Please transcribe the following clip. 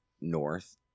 north